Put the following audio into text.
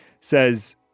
says